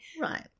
Right